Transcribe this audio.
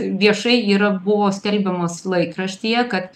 viešai yra buvo skelbiamos laikraštyje kad